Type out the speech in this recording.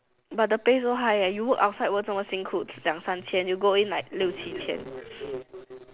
but the pay so high eh you work outside work 这么幸苦两三千 you go in like 六七千